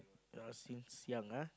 yeah since young ah